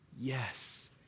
yes